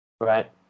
right